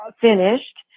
finished